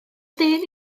dyn